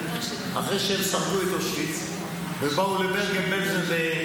אחרי שהם שרדו באושוויץ ובאו לברגן-בלזן.